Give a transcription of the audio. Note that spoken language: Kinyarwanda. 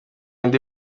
ndi